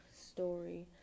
story